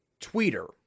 tweeter